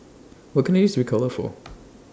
What Can I use Ricola For